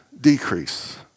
decrease